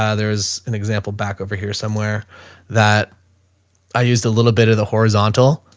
ah there was an example back over here somewhere that i used a little bit of the horizontal,